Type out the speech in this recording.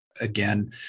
Again